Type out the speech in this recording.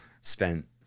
spent